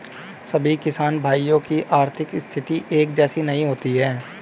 सभी किसान भाइयों की आर्थिक स्थिति एक जैसी नहीं होती है